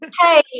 hey